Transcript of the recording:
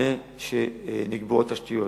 לפני שנקבעות תשתיות.